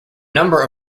number